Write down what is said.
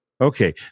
okay